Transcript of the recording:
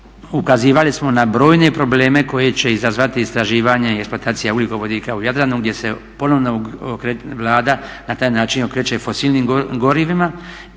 ukazivali smo na brojne probleme koje će izazvati istraživanje i eksploatacija ugljikovodika u Jadranu gdje se ponovno Vlada na taj način okreće fosilnim gorivima.